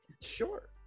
sure